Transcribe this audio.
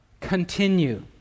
continue